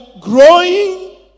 growing